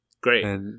Great